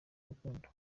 rukundo